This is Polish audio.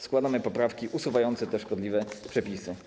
Składamy poprawki usuwające te szkodliwe przepisy.